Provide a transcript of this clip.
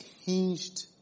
hinged